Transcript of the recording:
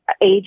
age